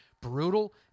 brutal